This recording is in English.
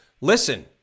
Listen